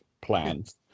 plans